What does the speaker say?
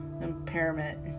impairment